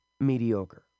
mediocre